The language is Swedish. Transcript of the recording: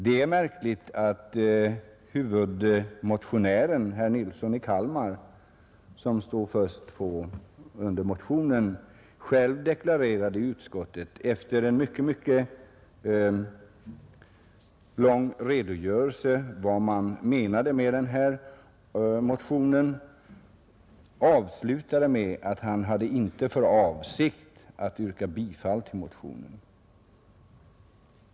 Det är märkligt att huvudmotionären, herr Nilsson i Kalmar, som står som första namn under motionen, själv i utskottet deklarerade vad motionen syftar till men avslutade med att säga att han inte hade för avsikt att yrka bifall till motionen.